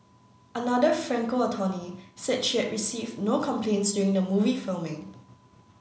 another Franco attorney said she had received no complaints during the movie filming